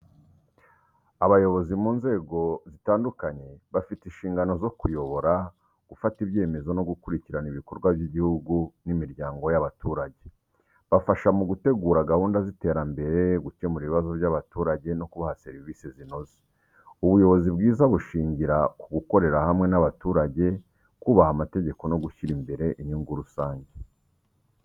Abayobozi mu nzego zitandukanye bafite inshingano zo kuyobora, gufata ibyemezo no gukurikirana ibikorwa by’igihugu n’imiryango y’abaturage. Bafasha mu gutegura gahunda z’iterambere, gukemura ibibazo by’abaturage no kubaha serivisi zinoze. Ubuyobozi bwiza bushingira ku gukorera hamwe n’abaturage, kubaha amategeko no gushyira imbere inyungu rusange.